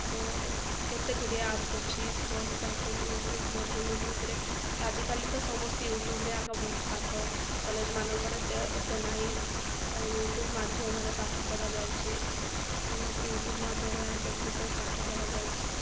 ବ କେତେ ଗୁଡ଼ିଏ ଆପ୍ସ ଅଛି ବହୁତ ସାହାଯ୍ୟରେ ୟୁଟ୍ୟୁବ୍ ମଧ୍ୟ ୟୁଟ୍ୟୁବ୍ରେ ଆଜିକାଲି ତ ସମସ୍ତେ ୟୁଟ୍ୟୁବ୍ରେ ଆଗ ବହୁତ ପାଠ କଲେଜ୍ ମାନଙ୍କରେ ତ ଏତେ ନାହିଁ ତ ୟୁଟ୍ୟୁବ୍ ମାଧ୍ୟମରେ ପାଠ ପଢ଼ାଯାଉଛି ସମସ୍ତେ ୟୁଟ୍ୟୁବ୍ ମାଧ୍ୟମରେ ଦେଖିକ ପାଠ ପଢ଼ାଯାଉଛିି